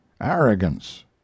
ARROGANCE